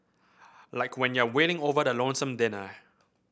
like when you're wailing over the lonesome dinner